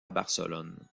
barcelone